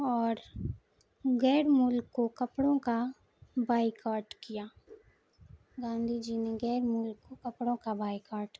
اور غیر ملک کو کپڑوں کا بائی کاٹ کیا گاندھی جی نے غیر ملک کو کپڑوں کا بائیکٹ